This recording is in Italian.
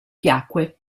piacque